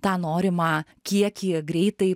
tą norimą kiekį greitai